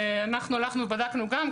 בדקנו גם.